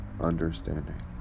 understanding